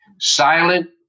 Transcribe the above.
Silent